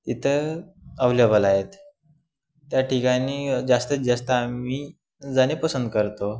इथं अवलेबल आहेत त्या ठिकाणी जास्तीत जास्त आम्ही जाणे पसंत करतो